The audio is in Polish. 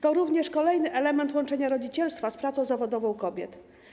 To również kolejny element łączenia rodzicielstwa z pracą zawodową kobiet.